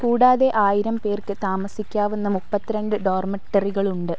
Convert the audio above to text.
കൂടാതെ ആയിരം പേർക്ക് താമസിക്കാവുന്ന മുപ്പത്തിരണ്ട് ഡോർമിറ്ററികളുണ്ട്